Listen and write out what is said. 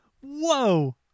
Whoa